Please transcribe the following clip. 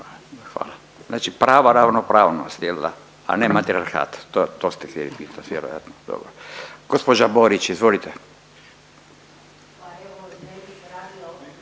Hvala. Znači prava ravnopravnosti, a ne matrijarhat. To ste htjeli pitati vjerojatno, dobro. Gospođa Borić, izvolite.